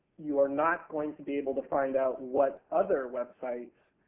you are not going to be able to find out what other websites